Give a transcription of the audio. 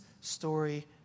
story